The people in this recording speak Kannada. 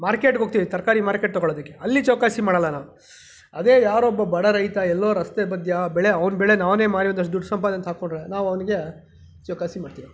ಮಾರ್ಕೆಟ್ಗೆ ಹೋಗ್ತೀವಿ ತರಕಾರಿ ಮಾರ್ಕೆಟ್ ತೊಗೊಳ್ಳೋದಕ್ಕೆ ಅಲ್ಲಿ ಚೌಕಾಸಿ ಮಾಡಲ್ಲ ನಾವು ಅದೇ ಯಾರೋ ಒಬ್ಬ ಬಡ ರೈತ ಎಲ್ಲೋ ರಸ್ತೆ ಮಧ್ಯ ಬೆಳೆ ಅವನ್ನ ಬೆಳೆನ ಅವನೇ ಮಾರಿ ಒಂದಷ್ಟು ದುಡ್ಡು ಸಂಪಾದನೆಗಂತ ಹಾಕ್ಕೊಂಡ್ರೆ ನಾವು ಅವನಿಗೆ ಚೌಕಾಸಿ ಮಾಡ್ತೀವಿ